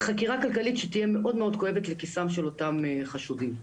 חקירה כלכלית שתהיה מאוד מאוד כואבת לכיסם של אותם חשודים.